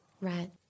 Right